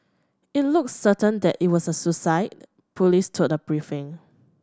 it looks certain that it was a suicide police told a briefing